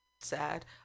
sad